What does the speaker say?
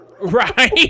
Right